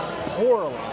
poorly